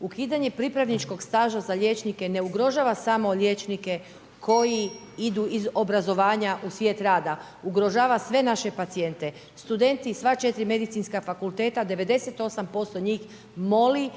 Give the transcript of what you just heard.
Ukidanje pripravničkog staža za liječnike ne ugrožava samo liječnike koji idu iz obrazovanja u svijet rada, ugrožava sve naše pacijente. Studenti sva 4 medicinska fakulteta 98% njih moli